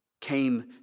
came